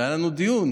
והיה לנו דיון,